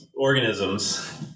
Organisms